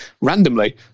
randomly